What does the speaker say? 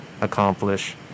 accomplish